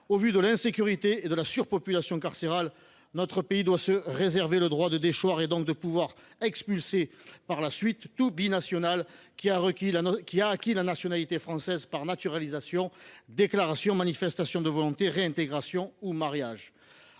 Au vu de l’insécurité et de la surpopulation carcérale, notre pays doit se réserver le droit de déchoir de sa nationalité et, ainsi, de pouvoir expulser tout binational ayant acquis la nationalité française par naturalisation, déclaration, manifestation de volonté, réintégration ou mariage.